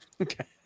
Okay